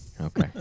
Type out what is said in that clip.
Okay